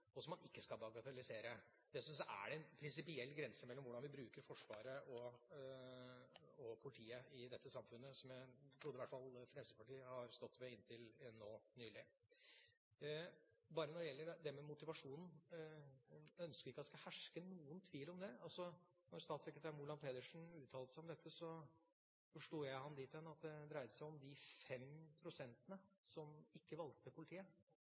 er det en prinsipiell grense for hvordan vi bruker Forsvaret og politiet i dette samfunnet, som jeg trodde i hvert fall Fremskrittspartiet har stått ved inntil nå nylig. Når det gjelder det med motivasjon, ønsker jeg ikke at det skal herske noen tvil om det: Da statssekretær Moland Pedersen uttalte seg om dette, forsto jeg ham dit hen at det dreide seg om de 5 pst. som ikke valgte politiet,